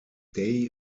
day